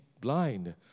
blind